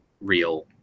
real